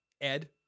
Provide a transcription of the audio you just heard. ed